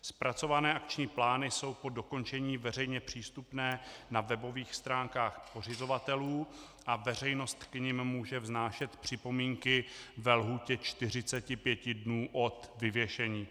Zpracované akční plány jsou po dokončení veřejně přístupné na webových stránkách pořizovatelů a veřejnost k nim může vznášet připomínky ve lhůtě 45 dnů od vyvěšení.